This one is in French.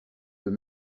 veut